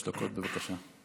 שלוש דקות, בבקשה.